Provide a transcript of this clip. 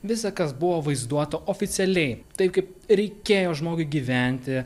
visa kas buvo vaizduota oficialiai taip kaip reikėjo žmogui gyventi